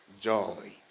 joy